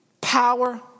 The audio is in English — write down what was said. power